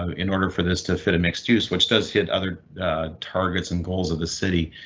ah in order for this to fit a mixed use which does hit other targets and goals of the city,